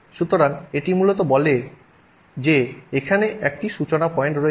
সুতরাং এটি মূলত বলে যে এখানে একটি সূচনা পয়েন্ট রয়েছে